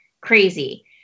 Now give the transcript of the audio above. crazy